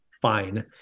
fine